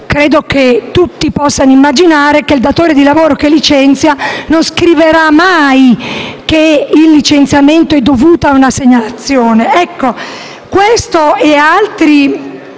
Credo che tutti possano immaginare che il datore di lavoro che licenzia non scriverà mai che il licenziamento è dovuto a una segnalazione.